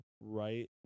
right